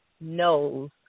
knows